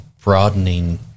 broadening